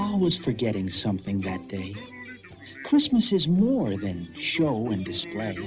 was forgetting something that day christmas is more than show and display.